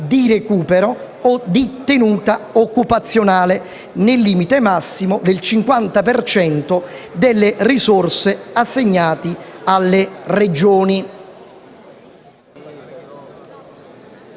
di recupero o di tenuta occupazionale nel limite massimo del 50 per cento delle risorse assegnate alle Regioni.